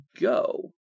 go